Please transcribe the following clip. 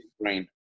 Brain